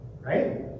Right